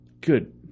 Good